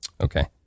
Okay